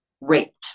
raped